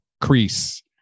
Crease